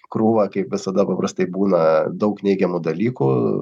krūvą kaip visada paprastai būna daug neigiamų dalykų